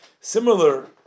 similar